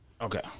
Okay